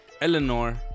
Eleanor